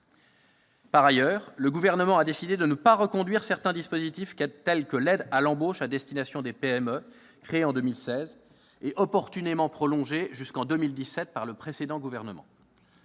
Par ailleurs, le Gouvernement a décidé de ne pas reconduire certains dispositifs, tels que l'aide à l'embauche à destination des PME, créée en 2016 et opportunément prolongée jusqu'en 2017 par le précédent gouvernement.